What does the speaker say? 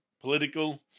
political